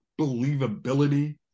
believability